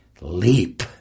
leap